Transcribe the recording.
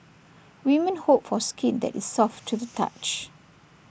women hope for skin that is soft to the touch